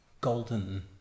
golden